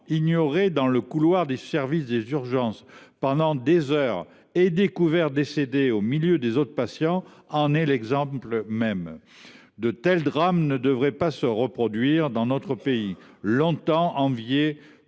ignoré dans le couloir du service des urgences pendant des heures et découvert décédé au milieu des autres patients, en est l’exemple même. De tels drames ne devraient pas se produire dans notre pays, longtemps envié